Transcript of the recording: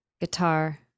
guitar